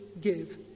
give